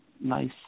nice